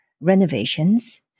renovations